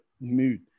mood